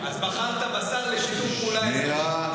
אז בחרת בשר לשיתוף פעולה אזורי.